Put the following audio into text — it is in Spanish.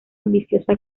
ambiciosa